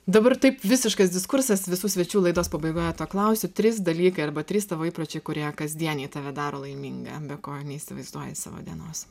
dabar taip visiškas diskursas visų svečių laidos pabaigoje to klausia trys dalykai arba trys tavo įpročiai kurie kasdieniai tave daro laimingą be ko neįsivaizduoji savo dienos